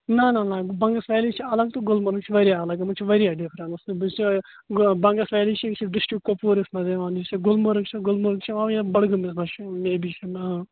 نا نہ نہ بَنگس ویلی چھِ الگ تہٕ گُلمَرگ چھِ واریاہ الگ یِمن چھِ واریاہ ڈِفرَنٕس تہٕ بَنگس ویلی چھِ یہِ چھِ ڈسٹرٕک کۄپوٲرس منز یوان یُس یہِ گُلمرگ چھِ گُلمَگ چھِ یوان بڈگٲمس منزمےٚ بی آں